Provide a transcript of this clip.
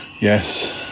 Yes